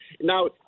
now